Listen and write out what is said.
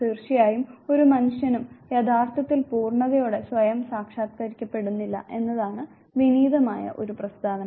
തീർച്ചയായും ഒരു മനുഷ്യനും യഥാർത്ഥത്തിൽ പൂർണ്ണതയോടെ സ്വയം സാക്ഷാത്കരിക്കപ്പെടുന്നില്ല എന്നതാണ് വിനീതമായ ഒരു പ്രസ്താവന